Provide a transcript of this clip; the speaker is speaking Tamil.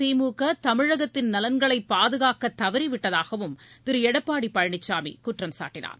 திமுக தமிழகத்தின் நலன்களை பாதுகாக்க தவறிவிட்டதாகவும் திரு எடப்பாடி பழனிசாமி குற்றம் சாட்டினார்